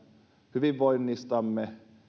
hyvinvoinnistamme